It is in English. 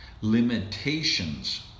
limitations